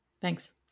Thanks